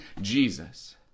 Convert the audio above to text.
Jesus